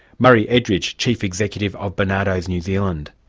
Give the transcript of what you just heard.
murray edridge, chief executive of barnardos, new zealand.